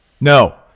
No